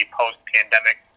post-pandemic